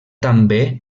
també